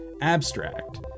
Abstract